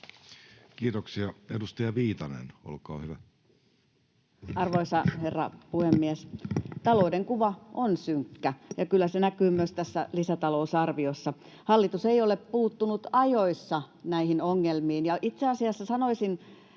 Kiitoksia. — Edustaja Viitanen, olkaa hyvä. Arvoisa herra puhemies! Talouden kuva on synkkä, ja kyllä se näkyy myös tässä lisätalousarviossa. Hallitus ei ole puuttunut ajoissa näihin ongelmiin, ja itse asiassa sanoisin